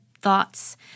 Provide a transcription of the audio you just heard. thoughts